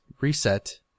reset